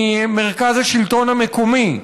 ממרכז השלטון המקומי,